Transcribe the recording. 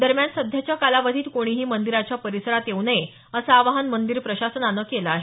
दरम्यान सध्याच्या कालावधीत कोणीही मंदिराच्या परिसरात येऊ नये असं आवाहन मंदीर प्रशासनानं केलं आहे